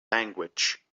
language